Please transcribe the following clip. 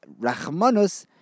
Rachmanus